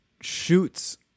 shoots